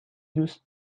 دوست